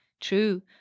True